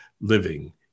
living